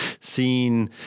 seen